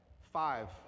Five